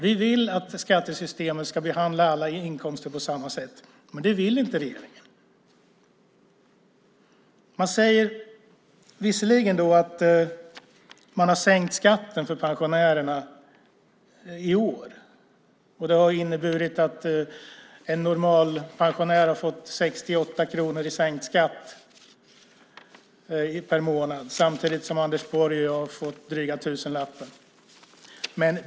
Vi vill att skattesystemet ska behandla alla inkomster på samma sätt, men det vill inte regeringen. Man säger visserligen att man har sänkt skatten för pensionärerna i år. Det har inneburit att en normalpensionär har fått 68 kronor i sänkt skatt per månad samtidigt som Anders Borg och jag har fått dryga tusenlappen.